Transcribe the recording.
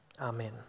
Amen